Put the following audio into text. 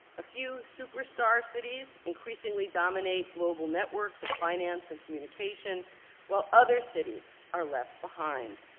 a few superstar cities increasingly dominate global networks of finance and communication while other cities are left behind.